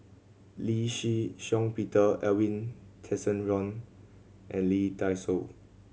Lee Shih Shiong Peter Edwin Tessensohn and Lee Dai Soh